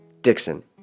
Dixon